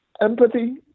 empathy